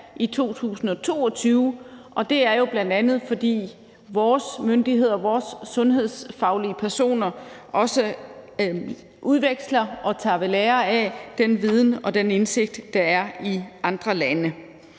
i 2022, og det er jo bl.a., fordi vores myndigheder og sundhedsfaglige personer også udveksler og tager ved lære af den viden og den indsigt, der er i andre lande.